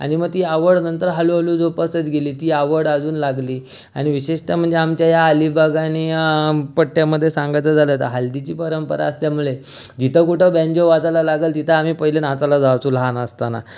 आणि मग ती आवड नंतर हळूहळू जोपासत गेली ती आवड अजून लागली आणि विशेषतः म्हणजे आमच्या या अलिबाग आणि या पट्ट्यामध्ये सांगायचं झालं तर हळदीची परंपरा असल्यामुळे जिथे कुठे बेंजो वाजायला लागंल तिथे आम्ही पहिले नाचायला जायचो लहान असताना